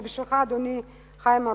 זה בשבילך, אדוני, חיים אורון.